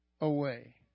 away